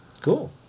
Cool